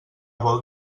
vol